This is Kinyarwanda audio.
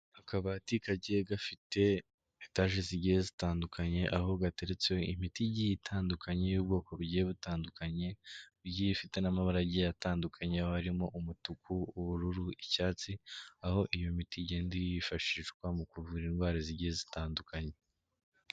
Akabati kagiye gafite etage zigiye zitandukanye, aho gateretseho imiti igi itandukanye y'ubwoko bugiye butandukanye, igiye ifite n'amabara agiye atandukanye aho harimo umutuku, ubururu, icyatsi, aho iyo miti igenda yifashishwa mu kuvura indwara zigiye zitandukanye.